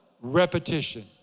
repetition